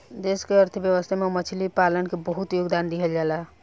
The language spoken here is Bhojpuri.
देश के अर्थव्यवस्था में मछली पालन के बहुत योगदान दीहल जाता